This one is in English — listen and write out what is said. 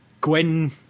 Gwen